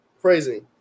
crazy